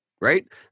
Right